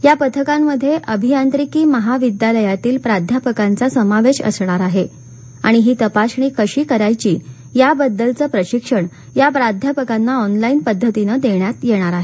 या पथकांमध्ये अभियांत्रिकी महाविद्यालयातील प्राध्यापकांचा समावेश असणार आहे आणि ही तपासणी कशी करायची याबद्दलचं प्रशिक्षण या प्राध्यापकांना ऑनलाईन पद्धतीने देण्यात आलं आहे